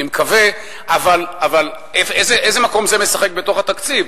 אני מקווה, אבל איזה מקום זה משחק בתוך התקציב?